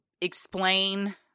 explain